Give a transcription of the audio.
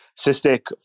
cystic